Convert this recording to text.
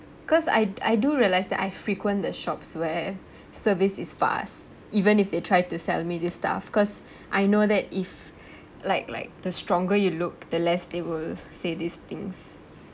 cause I I do realise that I frequent the shops where service is fast even if they try to sell me this stuff because I know that if like like the stronger you look the less they will say these things